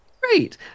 great